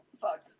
Fuck